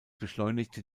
beschleunigte